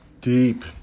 deep